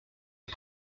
est